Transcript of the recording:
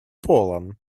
полон